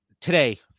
today